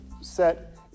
set